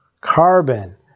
carbon